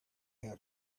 have